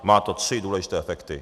Má to tři důležité efekty.